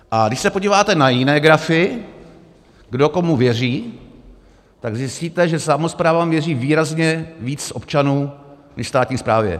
A když se podíváte na jiné grafy, kdo komu věří, tak zjistíte, že samosprávám věří výrazně víc občanů než státní správě.